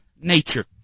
nature